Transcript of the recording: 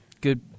good